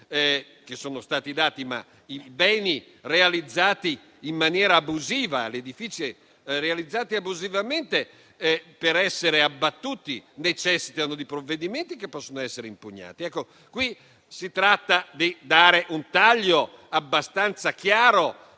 non sono stati in grado. Sono stati fatti anche i condoni, ma gli edifici realizzati abusivamente per essere abbattuti necessitano di provvedimenti che possono essere impugnati. Qui si tratta di dare un taglio abbastanza chiaro